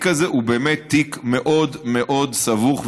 הזה הוא באמת תיק מאוד מאוד סבוך ומורכב,